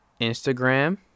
Instagram